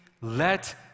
let